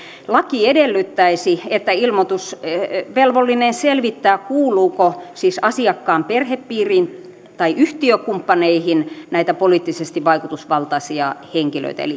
laki edellyttäisi että ilmoitusvelvollinen selvittää kuuluuko asiakkaan perhepiiriin tai yhtiökumppaneihin näitä poliittisesti vaikutusvaltaisia henkilöitä eli